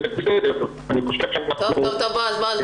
אני חושב שאנחנו --- בעז,